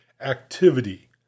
activity